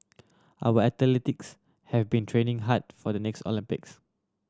our athletes have been training hard for the next Olympics